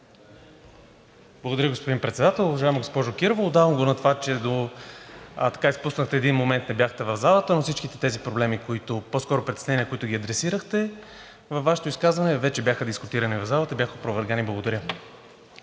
Благодаря, господин Председател. Уважаема госпожо Кирова, отдавам го на това, че изпуснахте един момент – не бяхте в залата. Всички тези притеснения, които ги адресирахте във Вашето изказване, вече бяха дискутирани в залата и бяха опровергани. Благодаря.